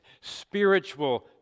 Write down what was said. spiritual